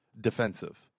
defensive